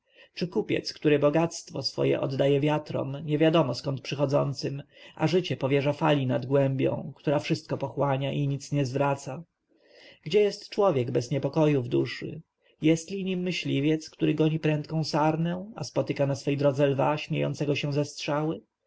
kupiec który bogactwo swe oddaje wiatrom niewiadomo skąd przychodzącym a życie powierza fali nad głębią która wszystko pochłania i nic nie zwraca gdzie jest człowiek bez niepokoju w duszy jestli nim myśliwiec który goni prędką sarnę a spotyka na swej drodze lwa śmiejącego się ze strzały